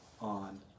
on